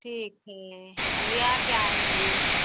ठीक है और लिया के आएँगें